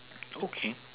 okay